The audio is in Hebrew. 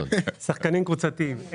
שחקנים קבוצתיים.